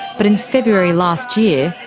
but in february last year,